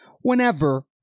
whenever